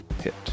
hit